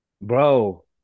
Bro